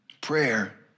Prayer